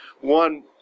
one